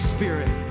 Spirit